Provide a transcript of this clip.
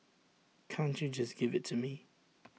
can't you just give IT to me